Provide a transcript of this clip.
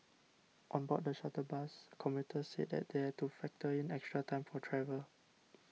on board the shuttle bus commuters said they had to factor in extra time for travel